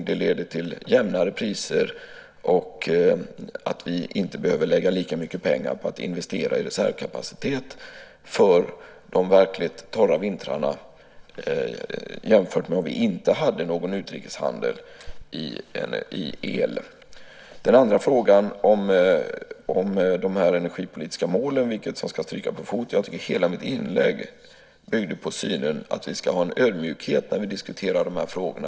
Det leder till jämnare priser och till att vi inte behöver lägga lika mycket pengar på att investera i reservkapacitet för de verkligt torra vintrarna jämfört med om vi inte hade någon utrikeshandel i el. Den andra frågan gällde de energipolitiska målen, vilket som ska stryka på foten. Jag tycker att hela mitt inlägg byggde på synen att vi ska ha en ödmjukhet när vi diskuterar de här frågorna.